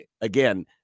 again